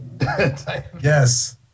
Yes